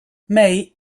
may